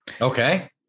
Okay